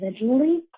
individually